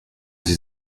sie